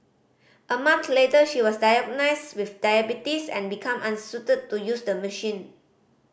a month later she was diagnosed with diabetes and become unsuited to use the machine